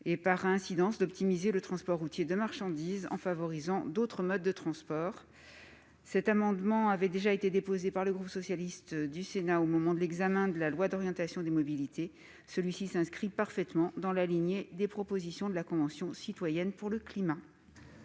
et, incidemment, d'optimiser le transport routier de marchandises, en favorisant d'autres modes de transports. Un amendement à l'objet identique avait déjà été déposé par le groupe socialiste du Sénat à l'occasion de l'examen du projet de loi d'orientation des mobilités. Un tel dispositif s'inscrit parfaitement dans la lignée des propositions de la Convention citoyenne pour le climat.